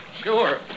Sure